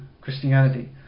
Christianity